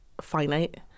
finite